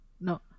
no